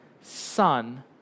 Son